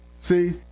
See